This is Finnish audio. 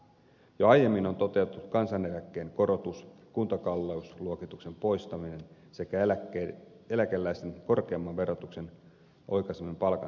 jo aiemmin on toteutettu kansaneläkkeen korotus kuntakalleusluokituksen poistaminen sekä eläkeläisten korkeamman verotuksen oikaiseminen palkansaajien tasolle